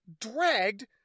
dragged